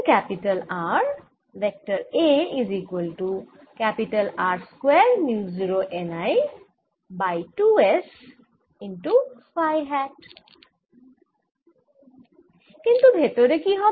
কিন্তু ভেতরে কি হবে